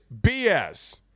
BS